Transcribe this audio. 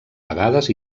vegades